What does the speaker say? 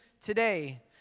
today